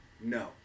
No